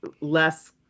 less